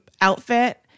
outfit